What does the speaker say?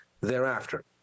thereafter